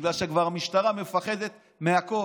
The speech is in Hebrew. בגלל שהמשטרה כבר מפחדת מהכול.